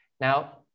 Now